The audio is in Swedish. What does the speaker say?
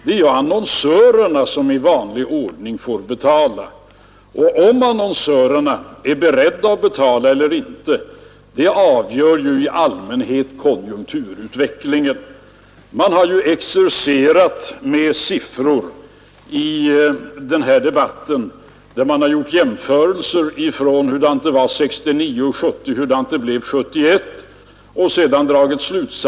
Det är annonsörerna som i vanlig ordning får betala, och om annonsörerna är beredda att betala eller inte avgör i allmänhet konjunkturutvecklingen. Många har exercerat med siffror i den här debatten och gjort jämförelser mellan hur det var 1969 och 1970 och hur det blev 1971.